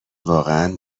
واقعا